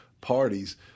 parties